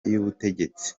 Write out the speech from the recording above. y’ubutegetsi